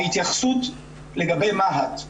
ההתייחסות לגבי מה"ט,